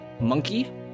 monkey